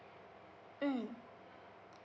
mm